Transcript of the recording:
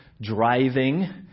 driving